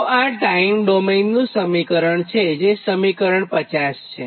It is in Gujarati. તો આ ટાઇમ ડોમેઇનનું સમીકરણ છે જે સમીકરણ 50 છે